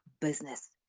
business